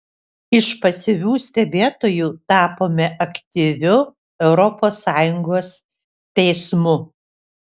iš pasyvių stebėtojų tapome aktyviu europos sąjungos teismu